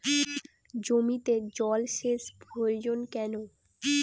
জমিতে জল সেচ প্রয়োজন কেন?